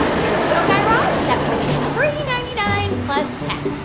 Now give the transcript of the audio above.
here you go, guy raz. that will be free ninety nine, plus tax